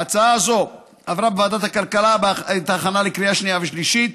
ההצעה הזאת עברה בוועדת הכלכלה את ההכנה לקריאה שנייה ושלישית.